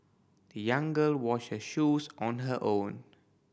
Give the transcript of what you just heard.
the young girl washed her shoes on her own